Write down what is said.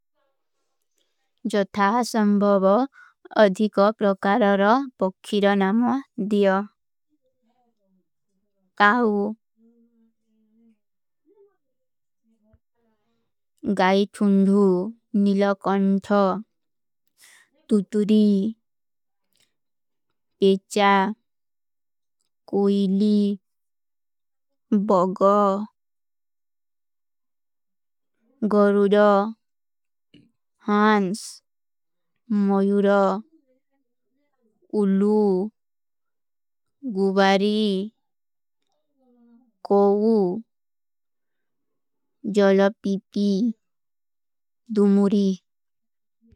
ଜଥା ସଂଭଵ ଅଧିକା ପ୍ରକାରର ପକ୍ଖିରଣା ମେଂ ଦିଯା। କାହୂ ଗାଈ ଥୁନ୍ଧୂ, ନିଲକଂଥୌ, ତୁତୁରୀ, ଏଚା, କୋଈଲୀ, ବଗଃ, ଗରୁଡଃ, ହାଂସ, ମଯୁଡଃ, ଉଲୂ, ଗୁବରୀ, କୋଈଲୀ, ଜୋଲପୀପୀ, ଦୁମୁରୀ।